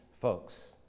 folks